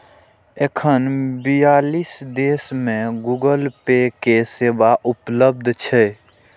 एखन बियालीस देश मे गूगल पे के सेवा उपलब्ध छै